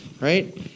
right